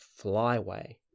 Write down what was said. flyway